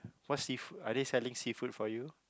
what seafood are they selling seafood for you